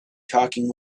talking